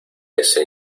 ese